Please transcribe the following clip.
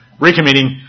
recommitting